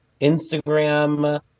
Instagram